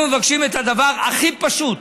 אנחנו מבקשים את הדבר הכי פשוט: